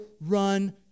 run